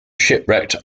shipwrecked